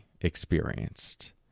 experienced